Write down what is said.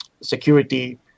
security